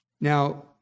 Now